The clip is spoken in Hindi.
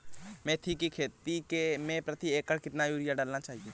मेथी के खेती में प्रति एकड़ कितनी यूरिया डालना चाहिए?